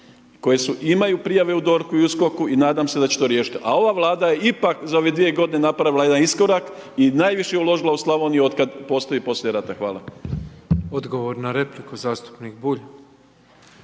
koje su, imaju prijave u DORHU i USKOK-u i nadam se da će to riješiti. A ova Vlada je ipak za ove dvije godine napravila jedan iskorak i najviše je uložila u Slavoniju otkad postoji poslije rata. Hvala. **Petrov, Božo (MOST)** Odgovor na repliku zastupnik Bulj.